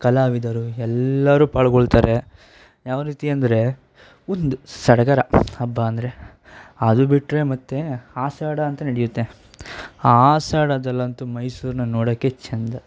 ಕಲಾವಿದರು ಎಲ್ಲರೂ ಪಾಲ್ಗೊಳ್ತಾರೆ ಯಾವರೀತಿ ಅಂದರೆ ಒಂದು ಸಡಗರ ಹಬ್ಬ ಅಂದರೆ ಅದು ಬಿಟ್ಟರೆ ಮತ್ತು ಆಷಾಢ ಅಂತ ನಡೆಯುತ್ತೆ ಆ ಆಷಾಢದಲ್ಲಂತೂ ಮೈಸೂರನ್ನ ನೋಡೋಕ್ಕೆ ಚಂದ